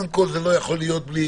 זה לא יכול להיות בלי